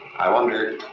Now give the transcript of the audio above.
i wonder,